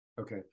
okay